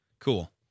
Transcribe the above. Cool